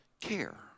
care